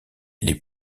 les